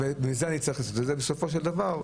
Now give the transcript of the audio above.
וזה בסופו של דבר,